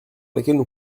lesquelles